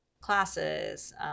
classes